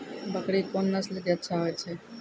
बकरी कोन नस्ल के अच्छा होय छै?